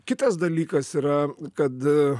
kitas dalykas yra kad